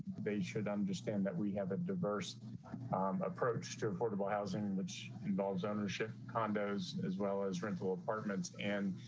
they should understand that we have a diverse approach to affordable housing which involves ownership condos, as well as rental apartments and